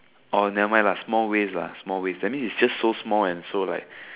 or never mind lah small ways lah small ways that mean it's just so small like